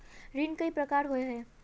ऋण कई प्रकार होए है?